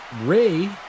Ray